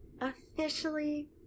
Officially